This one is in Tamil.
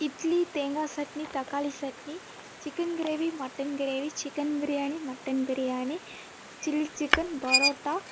இட்லி தேங்காய் சட்னி தக்காளி chutney chicken gravy mutton gravy chicken biryani mutton biryani chilli chicken parotta